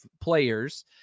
players